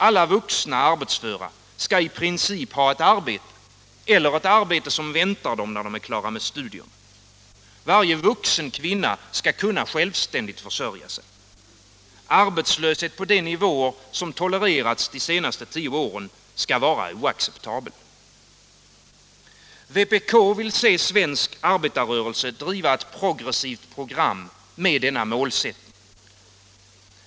Alla vuxna arbetsföra skall i princip ha ett arbete eller ett arbete som väntar dem när de är klara med studierna. Varje vuxen kvinna skall kunna självständigt försörja sig. Arbetslöshet på de nivåer som tolererats de senaste tio åren skall vara oacceptabel. Vpk vill se svensk arbetarrörelse driva ett progressivt program med denna målsättning.